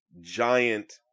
giant